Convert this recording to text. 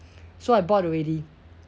so I bought already